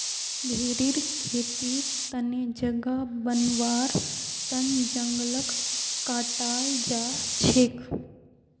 भेरीर खेतीर तने जगह बनव्वार तन जंगलक काटाल जा छेक